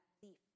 belief